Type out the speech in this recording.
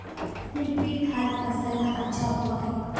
liquid खाद फसल ला अच्छा होबा हई